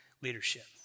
leadership